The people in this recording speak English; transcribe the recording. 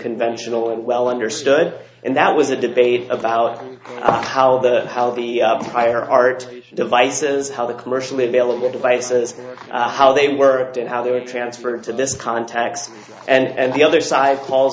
conventional and well understood and that was a debate about how the how of the prior art devices how the commercially available devices how they worked and how they were transferred to this context and the other side call